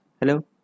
Hello